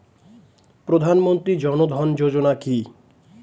প্রধানমন্ত্রী জনধন যোজনা কি?